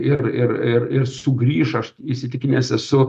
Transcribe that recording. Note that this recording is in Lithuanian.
ir ir ir ir sugrįš aš įsitikinęs esu